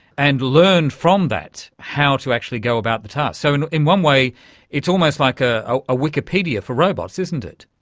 and learn from that how to actually go about the task. so in in one way it's almost like a ah ah wikipedia for robots, isn't it?